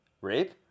Rape